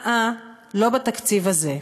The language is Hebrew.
אה-אה, לא בתקציב הזה.